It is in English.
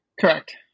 Correct